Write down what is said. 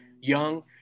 Young